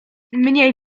mniej